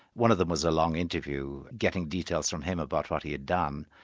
one of them was a long interview, getting details from him about what he had done,